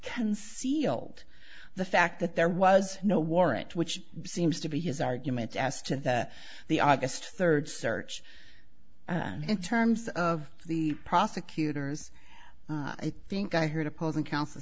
concealed the fact that there was no warrant which seems to be his argument as to the the august third search in terms of the prosecutors i think i heard opposing counsel